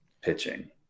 pitching